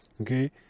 Okay